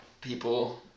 people